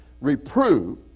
Reprove